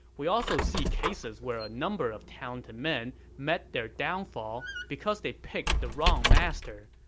we also see cases where a number of talented men met their downfall because they picked the wrong master,